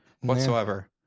whatsoever